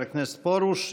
חבר הכנסת פורוש.